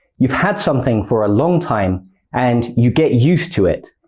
you've had something for a long time and you get used to it.